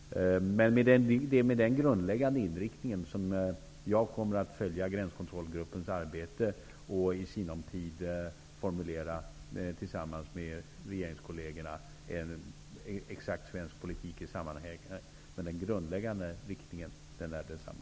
Det är med den grundläggande inriktningen som jag kommer att följa gränskontrollgruppens arbete och att i sinom tid, tillsammans med regeringskollegerna, formulera en exakt svensk politik. Men den grundläggande inriktningen är alltså densamma.